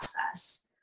process